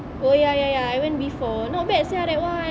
oh ya ya ya I went before not bad sia that one